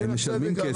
משלמים כסף.